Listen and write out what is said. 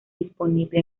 disponible